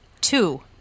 Two